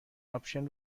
آپشن